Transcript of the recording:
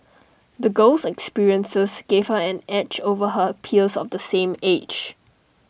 the girl's experiences gave her an edge over her peers of the same age